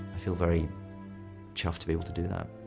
feel very chuffed to be able to do that.